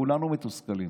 כולנו מתוסכלים,